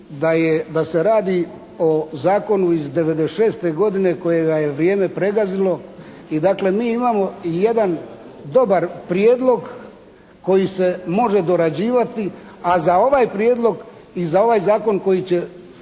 da se radi o zakonu iz '96. godine kojega je vrijeme pregazilo i dakle mi imamo i jedan dobar prijedlog koji se može dorađivati, a za ovaj Prijedlog i za ovaj Zakon koji će